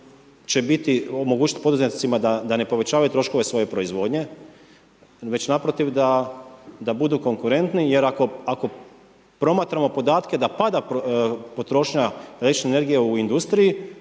omogućit poduzetnicima da ne povećavaju troškove svoje proizvodnje, već naprotiv da budu konkurentu jer ako promatramo podatke da pada potrošnja električne energije u industriji